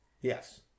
Yes